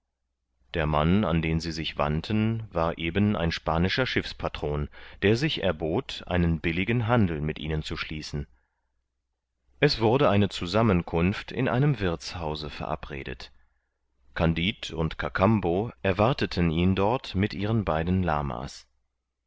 der mann an den sie sich wandten war eben ein spanischer schiffspatron der sich erbot einen billigen handel mit ihnen zu schließen es wurde eine zusammenkunft in einem wirthshause verabredet kandid und kakambo erwarteten ihn dort mit ihren beiden lama's